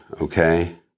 okay